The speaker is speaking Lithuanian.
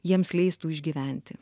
jiems leistų išgyventi